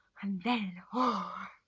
um then, oh,